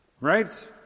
right